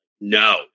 no